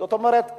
זאת אומרת,